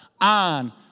on